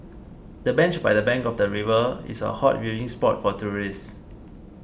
the bench by the bank of the river is a hot viewing spot for tourists